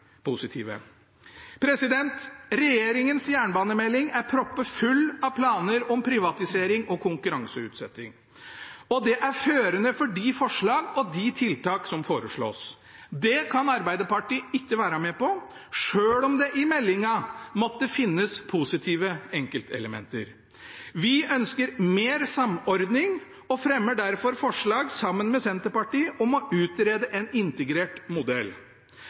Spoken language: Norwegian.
positive. Regjeringens jernbanemelding er proppfull av planer om privatisering og konkurranseutsetting, og det er førende for de forslagene og de tiltakene som foreslås. Det kan Arbeiderpartiet ikke være med på, selv om det i meldingen måtte finnes positive enkeltelementer. Vi ønsker mer samordning og fremmer derfor forslag, sammen med Senterpartiet, om å utrede en integrert modell.